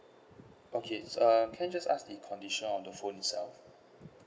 okay uh can I just ask the condition of the phone itself